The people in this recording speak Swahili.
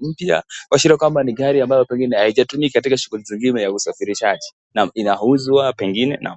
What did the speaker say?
mpya ni gari pengine ni kwamba haijatumika katika shughuli ya usafirishaji inauzwa pengine.